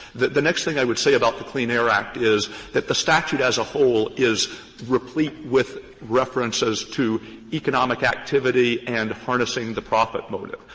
the next thing i would say about the clean air act is that the statute as a whole is replete with references to economic activity and harnessing the profit motive.